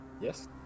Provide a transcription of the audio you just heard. Yes